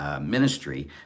Ministry